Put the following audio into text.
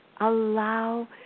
Allow